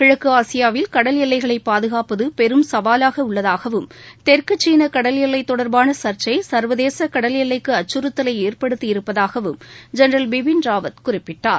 கிழக்கு ஆசியாவில் கடல் எல்லைகளை பாதுகாப்பது பெரும் சவாவாக உள்ளதாகவும் தெற்கு சீன கடல் எல்லை தொடர்பான சர்ச்சை சர்வதேச கடல் எல்லைக்கு அச்சுறுத்தலை ஏற்படுத்தி இருப்பதாகவும் ஜெனரல் பிபின் ராவத் குறிப்பிட்டார்